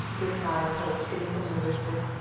replied polke, in a similar whisper,